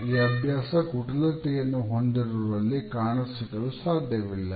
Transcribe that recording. ಈ ಅಭ್ಯಾಸ ಕುಟಿಲತೆ ಯನ್ನು ಹೊಂದಿರುವವರಲ್ಲಿ ಕಾಣಸಿಗಲು ಸಾಧ್ಯವಿಲ್ಲ